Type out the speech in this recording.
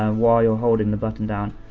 ah while you're holding the button down,